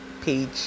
page